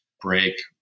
break